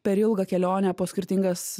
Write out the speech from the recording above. per ilgą kelionę po skirtingas